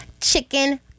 chicken